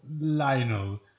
Lionel